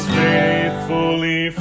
faithfully